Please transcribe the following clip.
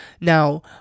now